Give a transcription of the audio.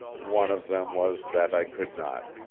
one of them was that i could not.